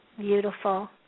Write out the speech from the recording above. Beautiful